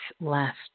left